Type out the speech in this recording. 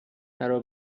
فرا